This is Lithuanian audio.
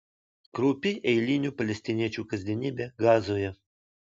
kraupi eilinių palestiniečių kasdienybė gazoje